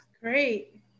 great